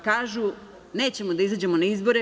Kažu – nećemo da izađemo na izbore.